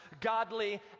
godly